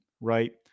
right